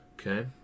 Okay